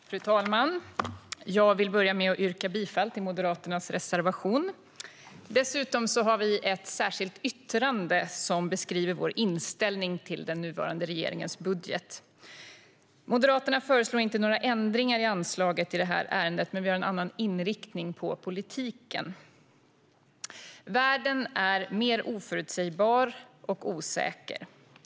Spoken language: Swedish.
Fru talman! Jag vill börja med att yrka bifall till Moderaternas reservation. Dessutom har vi ett särskilt yttrande som beskriver vår inställning till den nuvarande regeringens budget. Moderaterna föreslår inte några ändringar i anslaget i det här ärendet, men vi har en annan inriktning på politiken. Världen är mer oförutsägbar och osäker.